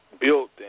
built